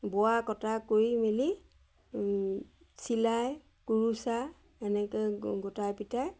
বোৱা কটা কৰি মেলি চিলাই কুৰুচা এনেকে গোটাই পিটাই